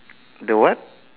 the what